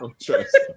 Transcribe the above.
trust